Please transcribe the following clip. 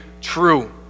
true